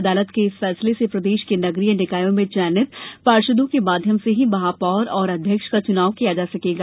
अदालत के इस फैसले से प्रदेश के नगरीय निकायों में चयनित पार्षदों के माध्यम से ही महापौर और अध्यक्ष का चुनाव किया जा सकेगा